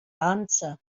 answer